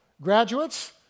Graduates